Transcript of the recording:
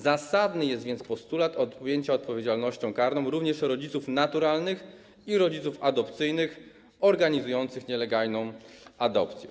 Zasadny jest więc postulat objęcia odpowiedzialnością karną również rodziców naturalnych i rodziców adopcyjnych organizujących nielegalną adopcję.